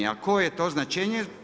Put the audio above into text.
A koje to značenje?